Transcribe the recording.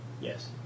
Yes